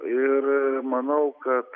ir manau kad